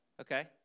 Okay